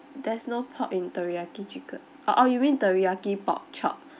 there's no pork in teriyaki chicken orh orh you mean teriyaki pork chop